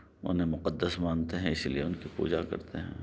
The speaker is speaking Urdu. وہ اُنہیں مقدس مانتے ہیں اِسی لیے اُن کی پوجا کرتے ہیں